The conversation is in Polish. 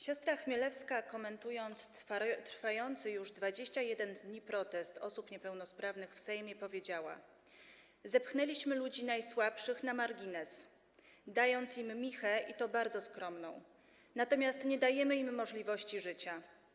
Siostra Chmielewska, komentując trwający już 21 dni protest osób niepełnosprawnych w Sejmie, powiedziała: zepchnęliśmy ludzi najsłabszych na margines, dając im michę, i to bardzo skromną, natomiast nie dajemy im możliwości życia.